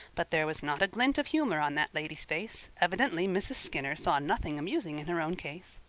but there was not a glint of humor on that lady's face. evidently mrs. skinner saw nothing amusing in her own case.